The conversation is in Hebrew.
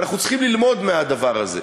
ואנחנו צריכים ללמוד מהדבר הזה.